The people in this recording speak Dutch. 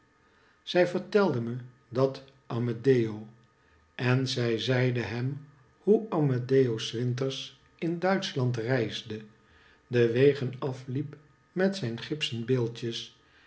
ze vertelde me dat amedeo en zij zeide hem hoe amedeo s winters in duitschland reisde de wegen afliep met zijn gipsen beeldjes